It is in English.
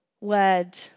word